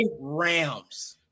Rams